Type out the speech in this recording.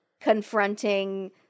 confronting